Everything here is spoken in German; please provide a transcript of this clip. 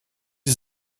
sie